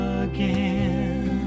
again